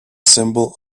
symbol